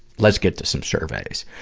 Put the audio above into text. let's get to some surveys.